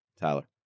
Tyler